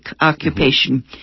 occupation